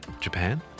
Japan